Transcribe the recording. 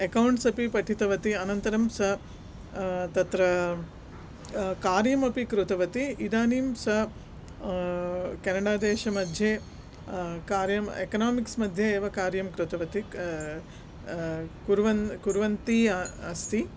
accounts अपि पठितवती अनन्तरं सा तत्र कार्यमपि कृतवती इदानीं सा केनडादेशमध्ये कार्यम् एकनोमिक्स्मध्ये एव कार्यं कृतवती क् कुर्वन् कुर्वती आ अस्ति